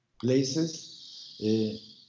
places